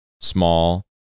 small